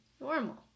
normal